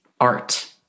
art